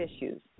issues